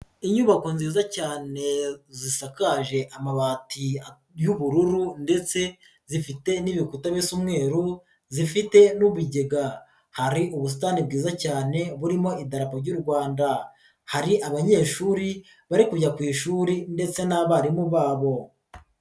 Inyubako nziza cyane zisakaje amabati y'ubururu ndetse zifite n'ibikuta by'umweru, zifite n'ibigega hari ubusitani bwiza cyane burimo idarapo ry'u Rwanda, hari abanyeshuri bari kujya ku ishuri ndetse n'abarimu babo.